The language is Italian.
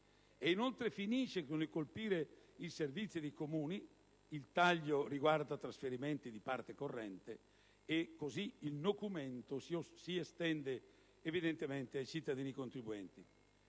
inoltre, finisce con il colpire i servizi dei Comuni (il taglio riguarda trasferimenti di parte corrente) e così il nocumento si estende, evidentemente, ai cittadini contribuenti.